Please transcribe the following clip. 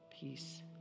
peace